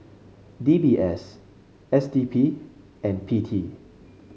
D B S S D P and P T